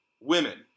women